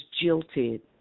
jilted